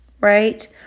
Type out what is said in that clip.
right